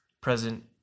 present